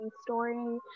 story